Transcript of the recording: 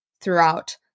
throughout